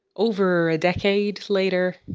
over a decade later,